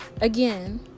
Again